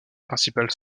principale